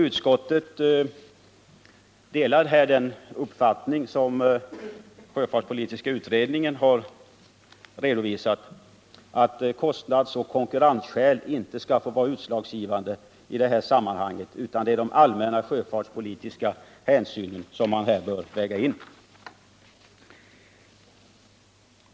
Utskottet delar här den uppfattning som den sjöfartspolitiska utredningen har redovisat, nämligen att kostnadsoch konkurrensskäl inte skall få vara utslagsgivande i detta sammanhang, utan här bör de allmänna sjöfartspolitiska hänsynen vägas in.